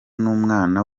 n’umwana